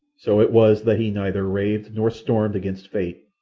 so it was that he neither raved nor stormed against fate,